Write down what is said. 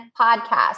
Podcast